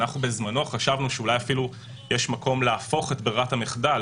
בזמנו חשבנו שאולי אפילו יש מקום להפוך את ברירת המחדל